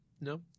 No